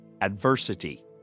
adversity